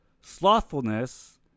Slothfulness